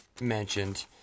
mentioned